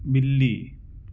بلی